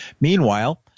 Meanwhile